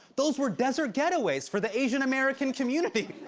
those were desert getaways for the asian-american community.